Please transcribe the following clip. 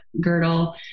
girdle